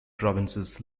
provinces